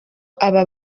abo